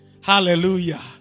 Hallelujah